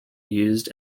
used